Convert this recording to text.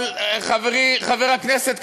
אבל חברי חבר הכנסת קרא,